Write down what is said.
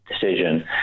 decision